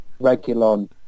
regulon